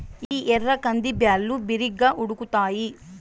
ఇవి ఎర్ర కంది బ్యాళ్ళు, బిరిగ్గా ఉడుకుతాయి